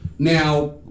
Now